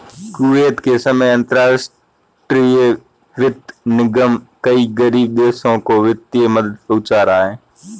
Kuwait के समय अंतरराष्ट्रीय वित्त निगम कई गरीब देशों को वित्तीय मदद पहुंचा रहा है